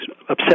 upset